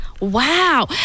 Wow